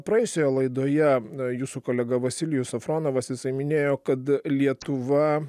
praėjusioje laidoje jūsų kolega vasilijus safronovas jisai minėjo kad lietuva